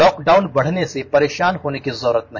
lockdown बढने से परेषान होने की जरूरत नहीं